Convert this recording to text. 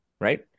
right